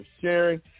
sharing